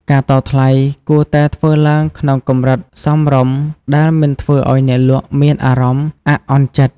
ការតថ្លៃគួរតែធ្វើឡើងក្នុងកម្រិតសមរម្យដែលមិនធ្វើឲ្យអ្នកលក់មានអារម្មណ៍អាក់អន់ចិត្ត។